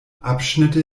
abschnitte